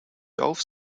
golf